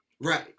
Right